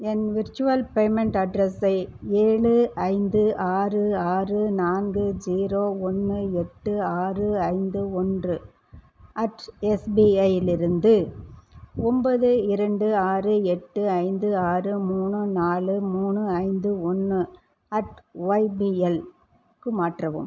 என் virtual payment அட்ரஸை ஏழு ஐந்து ஆறு ஆறு நான்கு ஜீரோ ஒன்று எட்டு ஆறு ஐந்து ஒன்று அட் எஸ்பிஐயிலிருந்து ஒன்பது இரண்டு ஆறு எட்டு ஐந்து ஆறு மூணு நாலு மூணு ஐந்து ஒன்று அட் ஒய்பிஎல்க்கு மாற்றவும்